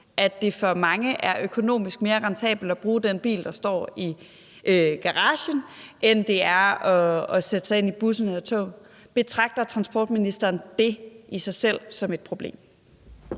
at det for mange er økonomisk mere rentabelt at bruge den bil, der står i garagen, end det er at sætte sig ind i bussen eller toget. Betragter transportministeren det som et problem